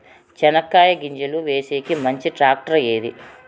చెనక్కాయ గింజలు వేసేకి మంచి టాక్టర్ ఏది?